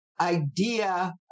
idea